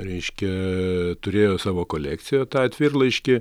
reiškia turėjo savo kolekcijoj tą atvirlaiškį